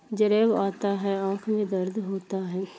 جریب آتا ہے آنکھ میں درد ہوتا ہے